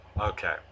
Okay